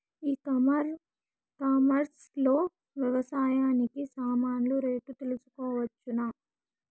ఈ కామర్స్ లో వ్యవసాయానికి సామాన్లు రేట్లు తెలుసుకోవచ్చునా?